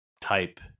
type